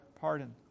pardon